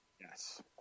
Yes